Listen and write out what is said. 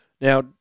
Now